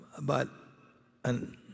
but—and